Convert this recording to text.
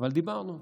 אבל דיברנו.